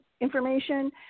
information